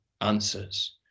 answers